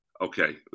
okay